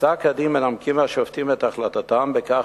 בפסק-הדין מנמקים השופטים את החלטתם בכך